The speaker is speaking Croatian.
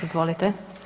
Izvolite.